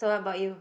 so what about you